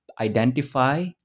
identify